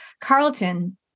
Carlton